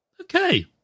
Okay